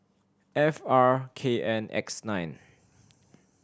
F R K N X nine